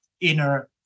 inner